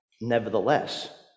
Nevertheless